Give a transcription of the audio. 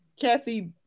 Kathy